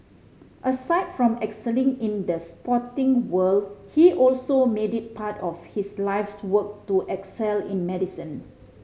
aside from excelling in the sporting world he also made it part of his life's work to excel in medicine